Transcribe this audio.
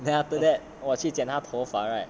then after that 我去剪他头 right